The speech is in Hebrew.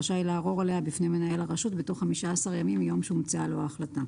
רשאי לערור עליה בפני מנהל הרשות בתוך 15 ימים מיום שהומצאה לו ההחלטה.